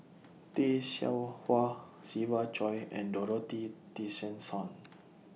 Tay Seow Huah Siva Choy and Dorothy Tessensohn